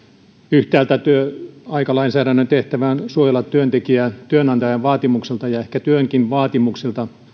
yhtäältä työaikalainsäädännön tehtävä on suojella työntekijää työnantajan vaatimuksilta ja ehkä työnkin vaatimuksilta